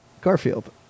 Garfield